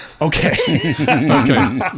Okay